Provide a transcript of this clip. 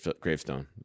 gravestone